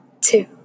two